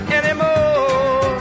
anymore